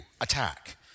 attack